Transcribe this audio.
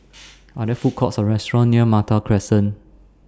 Are There Food Courts Or restaurants near Malta Crescent